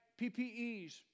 PPEs